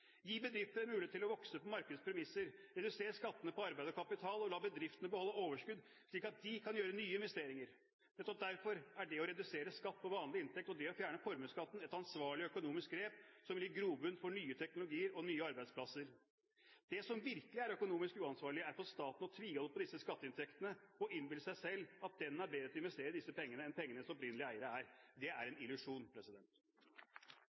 Gi bedrifter en mulighet til å vokse på markedets premisser. Reduser skattene på arbeid og kapital og la bedriftene beholde overskuddet, slik at de kan gjøre nye investeringer. Nettopp derfor er det å redusere skatt på vanlig inntekt og det å fjerne formuesskatten et ansvarlig økonomisk grep som vil gi grobunn for nye teknologier og nye arbeidsplasser. Det som virkelig er økonomisk uansvarlig, er for staten å tviholde på disse skatteinntektene og innbille seg at den er bedre til å investere disse pengene enn pengenes opprinnelige eiere er. Det er